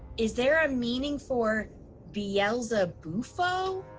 is there a meaning for beelzebufo?